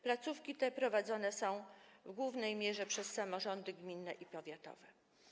Placówki te prowadzone są w głównej mierze przez samorządy gminne i powiatowe.